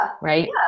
Right